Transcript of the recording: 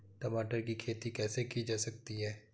टमाटर की खेती कैसे की जा सकती है?